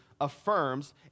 affirms